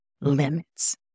limits